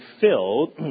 filled